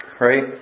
right